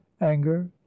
anger